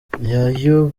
yayoboye